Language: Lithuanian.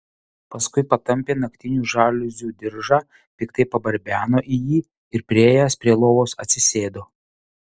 paskui patampė naktinių žaliuzių diržą piktai pabarbeno į jį ir priėjęs prie lovos atsisėdo